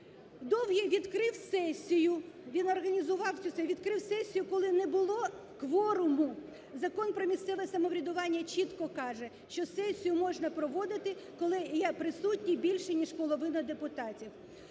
цю… відкрив сесію, коли не було кворуму. Закон про місцеве самоврядування чітко каже, що сесію можна проводити, коли є присутні більше ніж половина депутатів.